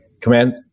command